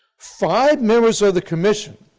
five members of the commission,